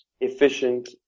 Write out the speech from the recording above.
efficient